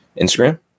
Instagram